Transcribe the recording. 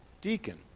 deacon